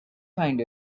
find